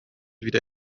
wieder